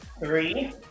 three